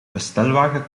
bestelwagen